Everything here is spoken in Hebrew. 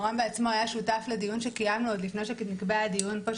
יורם בעצמו היה שותף לדיון שקבענו עוד לפני שנקבע הדיון פה,